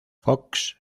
fox